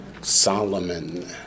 Solomon